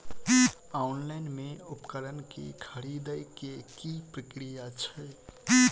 Online मे उपकरण केँ खरीदय केँ की प्रक्रिया छै?